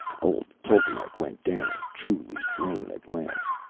old tolkemec went down, truly slain at last,